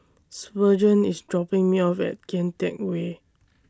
Spurgeon IS dropping Me off At Kian Teck Way